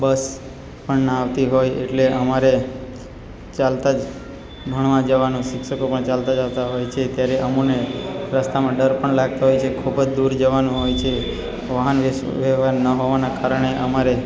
બસ પણ ના આવતી હોય એટલે અમારે ચાલતા જ ભણવા જવાનું શિક્ષકો પણ ચાલતા આવતા હોય છે ત્યારે અમને રસ્તામાં ડર પણ લાગતો હોય છે ખૂબ જ દૂર જવાનું હોય છે વાહન વ્યવહાર ન હોવાના કારણે અમારે